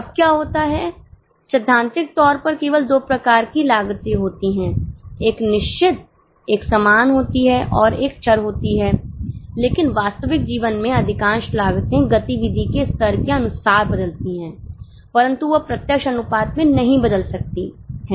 अब क्या होता हैसैद्धांतिक तौर पर केवल दो प्रकार की लागते होती हैं एक निश्चित एक समान होती है और एक चर होती है लेकिन वास्तविक जीवन में अधिकांश लागते गतिविधि के स्तर की अनुसार बदलती है परंतु वह प्रत्यक्ष अनुपात में नहीं बदल सकती हैं